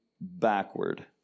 backward